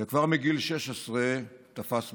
וכבר מגיל 16 תפס מנהיגות.